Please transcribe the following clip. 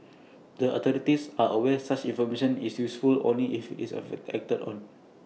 the authorities are aware such information is useful only if IT is acted on